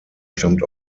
stammt